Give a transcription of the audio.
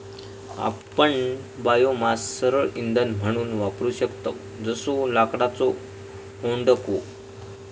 आपण बायोमास सरळ इंधन म्हणून वापरू शकतव जसो लाकडाचो ओंडको